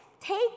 Take